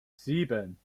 sieben